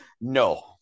No